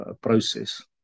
process